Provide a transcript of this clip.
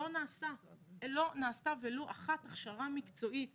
לא נעשה ולו הכשרה מקצועית אחת.